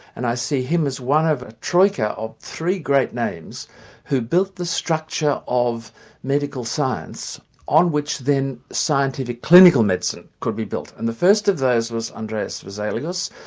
and i see him as one of a troika of three great names who built the structure of medical science on which then scientific clinical medicine could be built. and the first of those was andreas vesalius,